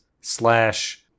slash